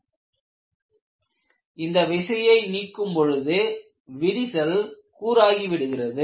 எனவே விசையை நீக்கும் பொழுது விரிசல் கூர் ஆகிவிடுகிறது